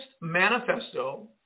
Manifesto